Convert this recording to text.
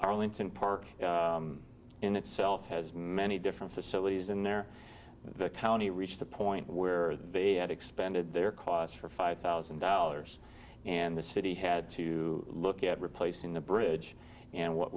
arlington park in itself has many different facilities in there the county reached the point where they had expanded their costs for five thousand dollars and the city had to look at replacing a bridge and what